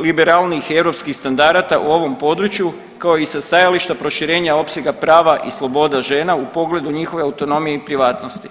liberalnijih europskih standarada u ovom području, kao i sa stajališta proširenja opsega prava i sloboda žena u pogledu njihove autonomije i privatnosti.